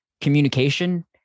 communication